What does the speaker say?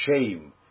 shame